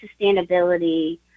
sustainability